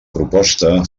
proposta